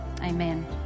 Amen